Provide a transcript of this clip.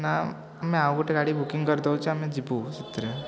ନା ଆମେ ଆଉ ଗୋଟେ ଗାଡ଼ି ବୁକିଙ୍ଗ୍ କରିଦେଉଛୁ ଆମେ ଯିବୁ ସେଥିରେ